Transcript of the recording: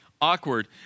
Awkward